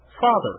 father